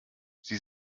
sie